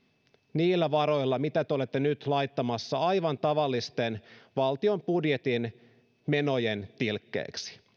niillä varoilla mitä te olette nyt laittamassa aivan tavallisten valtion budjetin menojen tilkkeeksi